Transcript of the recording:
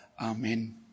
Amen